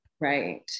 right